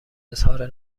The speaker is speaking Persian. اظهار